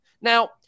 Now